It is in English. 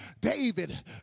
David